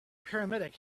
paramedic